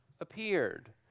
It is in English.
appeared